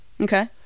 Okay